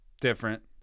different